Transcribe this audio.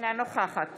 אינה נוכחת